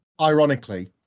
ironically